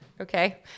okay